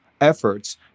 efforts